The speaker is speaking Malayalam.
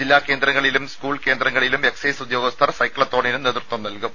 ജില്ലാ കേന്ദ്രങ്ങളിലും സ്കൂൾ കേന്ദ്രങ്ങളിലും എക്സൈസ് ഉദ്യോഗസ്ഥർ സൈക്ലത്തോണിന് നേതൃത്വം നൽകും